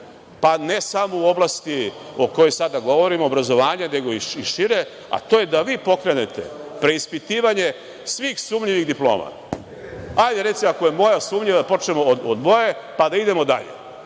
a ne samo u oblasti o kojoj sada govorimo, o obrazovanju, nego i šire, a to je da vi pokrenete preispitivanje svih sumnjivih diploma. Ako je moja sumnjiva, da počnemo od moje, pa da idemo dalje.